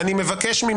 אני מבקש --- אפילו לא